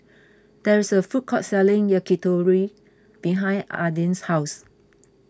there is a food court selling Yakitori behind Aidyn's house